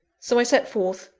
so i set forth,